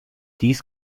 dies